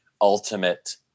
ultimate